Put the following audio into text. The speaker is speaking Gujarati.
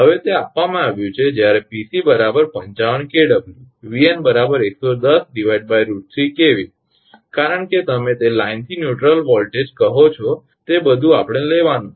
હવે તે આપવામાં આવ્યું છે કે જ્યારે 𝑃𝑐 55 𝑘𝑊 𝑉𝑛 110√3 𝑘𝑉 કારણ કે તમે તે લાઇનથી ન્યૂટ્રલ વોલ્ટેજ કહો છો તે બધું આપણે લેવાનું છે